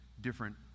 different